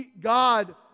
God